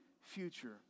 future